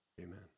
Amen